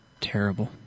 terrible